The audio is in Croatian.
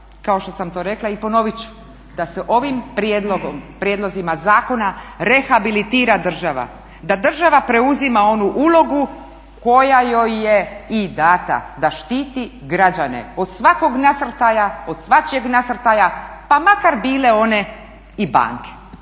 Kao što sam to rekla, i ponovit ću, da se ovim prijedlozima zakona rehabilitira država, da država preuzima onu ulogu koja joj je i dana da štiti građane od svakog nasrtaja, od svačijeg nasrtaja pa makar bile one i banke